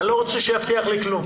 אני לא רוצה שיבטיח לי כלום.